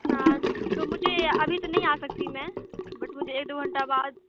نا تو تو مجھے ابھی تو نہیں آ سکتی میں بٹ مجھے ایک دو گھنٹہ بعد